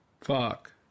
Fuck